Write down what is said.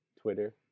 Twitter